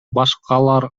башкалар